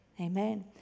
amen